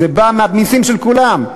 זה בא מהמסים של כולם.